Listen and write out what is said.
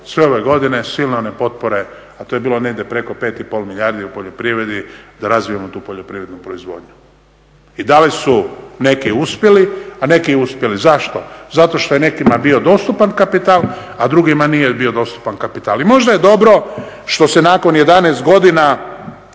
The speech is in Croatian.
sve ove godine silne one potpore, a to je bilo negdje preko 5,5 milijardi u poljoprivredi da razvijemo tu poljoprivrednu proizvodnju. I da li su neki uspjeli, a neki uspjeli? Zašto? Zato što je nekima bio dostupan kapital, a drugim nije bio dostupan kapital. I možda je dobro što se nakon 11 godina